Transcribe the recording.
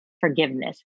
forgiveness